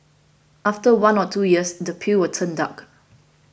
after one or two years the peel will turn dark